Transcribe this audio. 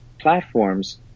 platforms